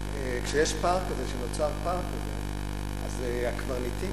כשנוצר פער כזה הקברניטים,